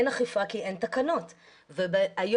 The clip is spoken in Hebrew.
אין אכיפה כי אין תקנות.